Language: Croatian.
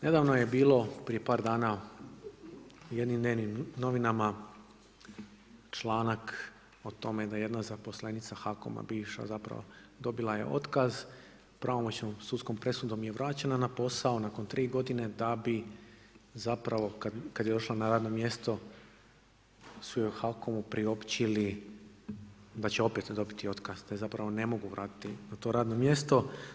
Nedavno je bilo, prije par dana u jednim dnevnim novinama članak o tome da jedna zaposlenica HAKOM-a bivša zapravo, dobila je otkaz, pravomoćnom sudskom presudom je vraćena na posao nakon tri godine, da bi zapravo kad je otišla na radno mjesto su joj u HAKOM-u priopćili da će opet dobiti otkaz, da je zapravo ne mogu vratiti na to radno mjesto.